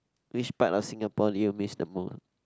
which part of Singapore do you miss the most